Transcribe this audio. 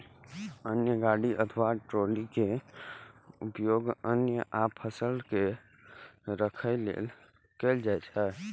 अन्न गाड़ी अथवा ट्रॉली के उपयोग अन्न आ फसल के राखै लेल कैल जाइ छै